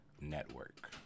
network